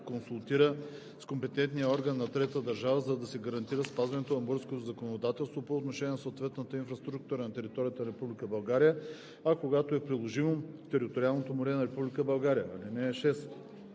консултира с компетентния орган на третата държава, за да се гарантира спазването на българското законодателство по отношение на съответната инфраструктура на територията на Република България,